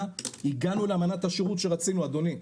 הגענו לאמנת השירות שרצינו אדוני,